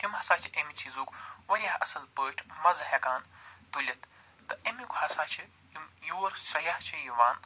تِم ہسا چھِ امہِ چیٖزُک وارِیاہ اَصٕل پٲٹھۍ مَزٕ ہٮ۪کان تُلِتھ تہٕ امیُک ہسا چھِ یِم یور سیاہ چھِ یِوان